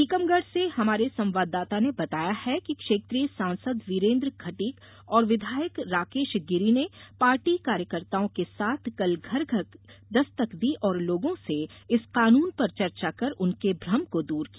टीकमगढ़ से हमारे संवाददाता ने बताया है कि क्षेत्रीय सांसद विरेन्द्र खटीक और विधायक राकेश गिरी ने पार्टी कार्यकर्ताओं के साथ कल घर घर दस्तक दी और लोगों से इस कानून पर चर्चा कर उनके भ्रम को दूर किया